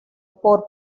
por